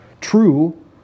true